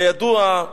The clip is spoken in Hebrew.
כידוע,